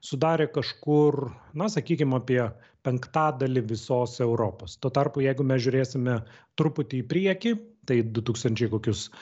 sudarė kažkur na sakykim apie penktadalį visos europos tuo tarpu jeigu mes žiūrėsime truputį į priekį tai du tūkstančiai kokius